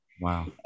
Wow